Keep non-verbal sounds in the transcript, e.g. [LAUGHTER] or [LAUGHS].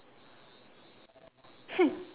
[LAUGHS]